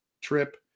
trip